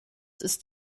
ist